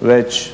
već,